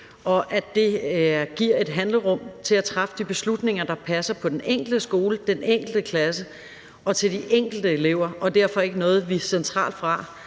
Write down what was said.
det giver et handlerum til at træffe de beslutninger, der passer til den enkelte skole, den enkelte klasse og de enkelte elever, og at det derfor ikke er noget, vi som sådan